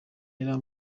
ntera